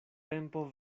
tempo